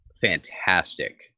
fantastic